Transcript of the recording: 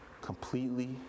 completely